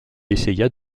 essaya